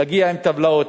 להגיע עם טבלאות,